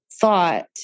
thought